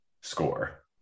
score